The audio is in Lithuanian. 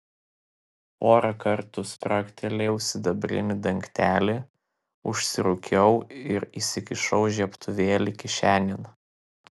porą kartų spragtelėjau sidabrinį dangtelį užsirūkiau ir įsikišau žiebtuvėlį kišenėn